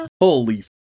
Holy